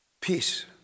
peace